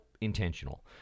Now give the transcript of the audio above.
intentional